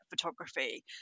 Photography